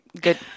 Good